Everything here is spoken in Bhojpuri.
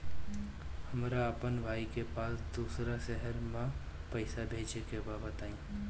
हमरा अपना भाई के पास दोसरा शहर में पइसा भेजे के बा बताई?